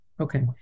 Okay